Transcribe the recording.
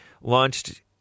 launched